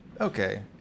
Okay